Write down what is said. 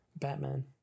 Batman